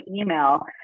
email